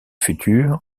futurs